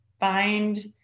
Find